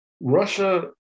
Russia